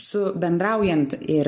su bendraujant ir